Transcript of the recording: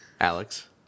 Alex